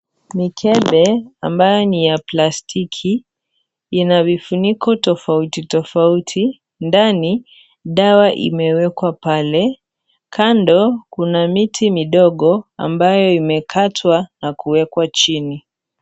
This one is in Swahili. Mikebe ambayo ni ya plastiki ina vifuniko tofauti tofauti. Ndani, dawa imewekwa pale. Kando kuna miti midogo ambayo imekatwa na kuwekwa chini.